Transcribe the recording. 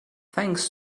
thanks